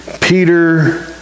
Peter